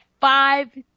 five